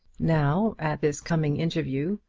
now, at this coming interview,